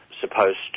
supposed